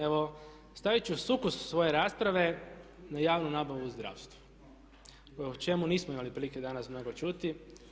Evo stavit ću sukus svoje rasprave na javnu nabavu u zdravstvu o čemu nismo imali prilike danas mnogo čuti.